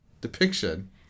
depiction